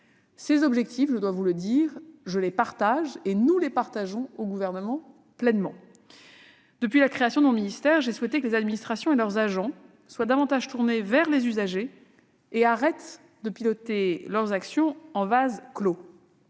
Ces objectifs, le Gouvernement les partage pleinement. Depuis la création de mon ministère, j'ai souhaité que les administrations et leurs agents soient davantage tournés vers les usagers et arrêtent de piloter leur action en vase clos.